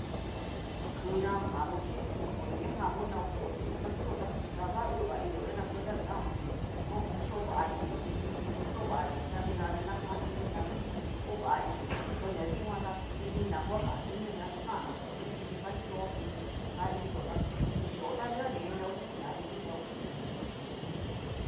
Ku ñadamo chi oduñagan oneo ko chi'ña na kuio tá da da uga inio ña na cuenta nguan, oni kio va inio ni ni xhó va inio ta nidanina kan xhiniñaxó chí ova inio to na dikuan ta ni ina kua kan xhiniñayo kannáxao ña kini ka chóo kini ka inio tá nixhio ta nungua ni kineo xhí uña'a ni kineo mmm jum.